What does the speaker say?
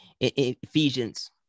Ephesians